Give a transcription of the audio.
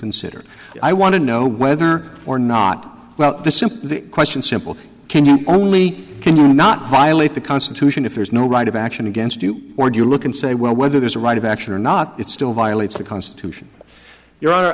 consider i want to know whether or not well the simple question simple can you only can you not violate the constitution if there is no right of action against you or do you look and say well whether there's a right of action or not it's still violates the constitution you